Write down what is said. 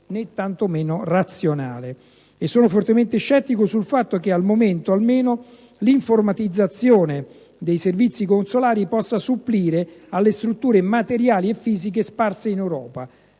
né tanto meno razionale. Sono altresì fortemente scettico sul fatto che, al momento, almeno, l'informatizzazione dei servizi consolari possa supplire alle strutture materiali e fisiche sparse in Europa.